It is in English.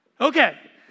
Okay